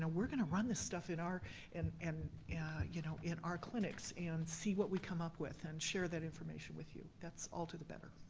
ah we're gonna run this stuff in our and and you know in our clinics and see what we come up with and share that information with you. that's all to the better.